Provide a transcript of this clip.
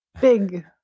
big